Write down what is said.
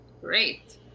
Great